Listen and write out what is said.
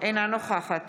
אינה נוכחת